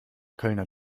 kölner